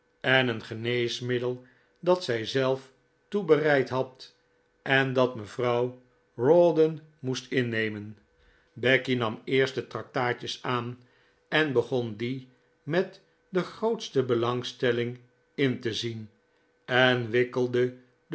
en een geneesmiddel dat zij zelf toebereid had en dat mevrouw rawdon moest innemen becky nam eerst de tractaatjes aan en begon die met de grootste belangstelling in te zien en wikkelde